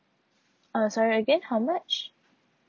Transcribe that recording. uh sorry again how much